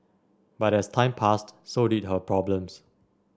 but as time passed so did her problems